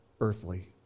earthly